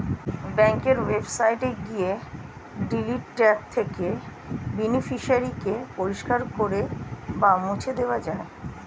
ব্যাঙ্কের ওয়েবসাইটে গিয়ে ডিলিট ট্যাব থেকে বেনিফিশিয়ারি কে পরিষ্কার করে বা মুছে দেওয়া যায়